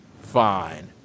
fine